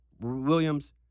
Williams